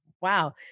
wow